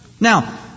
Now